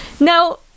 now